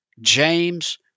James